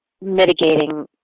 mitigating